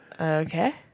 Okay